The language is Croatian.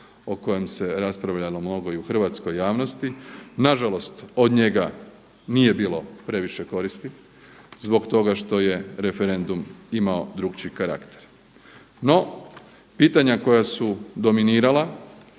o kojem se raspravljalo mnogo i u hrvatskoj javnosti. Nažalost od njega nije bilo previše koristi zbog toga što je referendum imamo drukčiji karakter. No, pitanja koja su dominirala